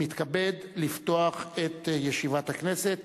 אני מתכבד לפתוח את ישיבת הכנסת.